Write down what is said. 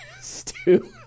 stew